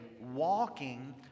walking